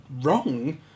wrong